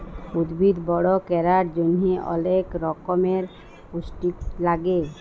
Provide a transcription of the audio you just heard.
উদ্ভিদ বড় ক্যরার জন্হে অলেক রক্যমের পুষ্টি লাগে